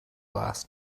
glass